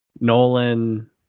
Nolan